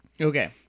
Okay